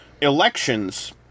elections